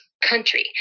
country